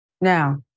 Now